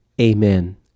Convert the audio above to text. Amen